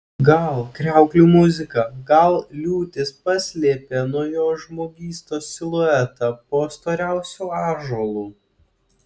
gal kriauklių muzika gal liūtis paslėpė nuo jo žmogystos siluetą po storiausiu ąžuolu